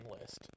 list